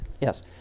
Yes